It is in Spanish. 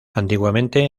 antiguamente